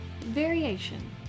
variation